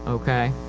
okay.